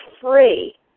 free